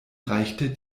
reichte